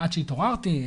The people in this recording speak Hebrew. עד שהתעוררתי,